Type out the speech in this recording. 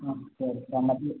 अच्छा अच्छा मतलब